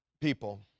people